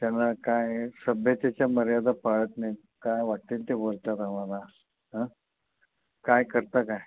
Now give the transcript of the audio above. त्यांना काय सथ्यतेच्या मर्यादा पाळत नाहीत काय वाटेल ते बोलतात आम्हाला काय करता काय